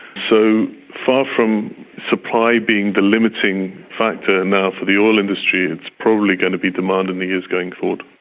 so far from supply being the limiting factor now for the oil industry, it's probably going to be demand in the years going forward.